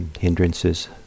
hindrances